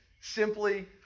simply